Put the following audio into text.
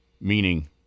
meaning